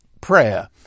prayer